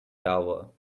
tower